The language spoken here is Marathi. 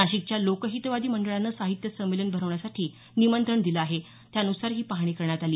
नाशिकच्या लोकहितवादी मंडळानं साहित्य संमेलन भरवण्यासाठी निमंत्रण दिलं आहे त्यानुसार ही पाहणी करण्यात आली